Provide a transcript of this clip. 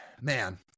man